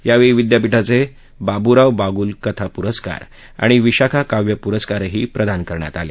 यावेळी विद्यापीठाचे बाबूराव बागुल कथा पुरस्कार आणि विशाखा काव्य पुरस्कारही प्रदान करण्यात आले